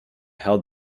held